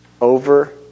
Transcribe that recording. over